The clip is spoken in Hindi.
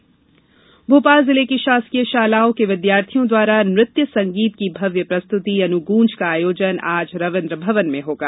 अनुगॅज भोपाल जिले की शासकीय शालाओं के विद्यार्थियों द्वारा नृत्य संगीत की भव्य प्रस्तुति अनुग्रँज का आयोजन आज रवीन्द्र भवन में होगा